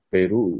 Peru